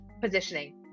positioning